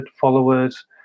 followers